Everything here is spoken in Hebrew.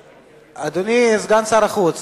אדוני סגן שר החוץ,